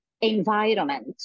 environment